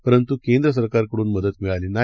परंतु केंद्र सरकार कडून मदत मिळाली नाही